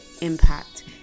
impact